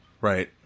Right